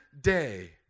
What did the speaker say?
day